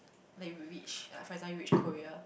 then will reach like for example reach Korea